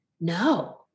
no